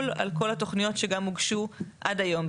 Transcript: על כל התוכניות שגם הוגשו עד היום,